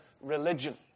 religion